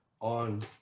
on